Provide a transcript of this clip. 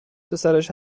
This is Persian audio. پسرش